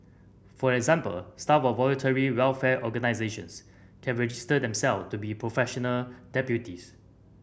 for example staff of voluntary welfare organisations can register themselves to be professional deputies